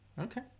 Okay